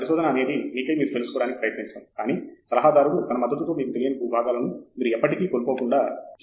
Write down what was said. పరిశోధన అనేది మీకై మీరే తెలుసుకోవడానికి ప్రయత్నిచటం కానీ సలహాదారుడు తన మద్దతుతో మీకు తెలియని భూభాగాలను మీరు ఎప్పటికీ కోల్పోకుండా మీకు తోడ్పడతాడు